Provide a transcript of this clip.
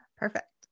Perfect